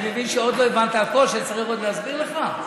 אני מבין שעוד לא הבנת הכול, שצריך עוד להסביר לך?